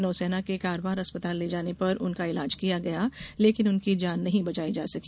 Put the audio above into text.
नौसेना के कारवार अस्पताल ले जाने पर उनका इलाज किया गया लेकिन उनकी जान नहीं बचाई जा सकी